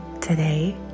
Today